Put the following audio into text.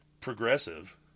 progressive